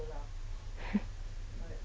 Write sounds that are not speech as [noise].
[breath]